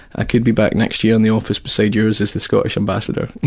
i could be back next year in the office beside yours as the scottish ambassador.